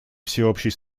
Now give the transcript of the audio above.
всеобщей